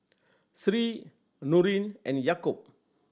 Sri Nurin and Yaakob